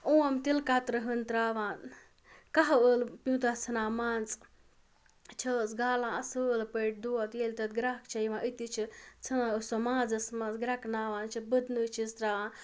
اوم تِلہٕ کَترٕ ہٕنۍ تراوان کاہ ٲلہٕ پیوٗنٛتاہ ژھٕنان مژٕ چھِ حظ گالان اَصۭل پٲٹھۍ دۄد ییٚلہِ تَتھ گرٛٮ۪کھ چھےٚ یِوان أتی چھِ ژھٕنان أسۍ سُہ مازَس منٛز گرٮ۪کناوان چھِ بٕتنہٕ چھِس تراوان